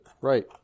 Right